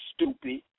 Stupid